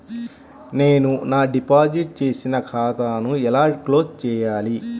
నేను నా డిపాజిట్ చేసిన ఖాతాను ఎలా క్లోజ్ చేయాలి?